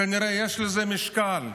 כנראה יש לזה משקל.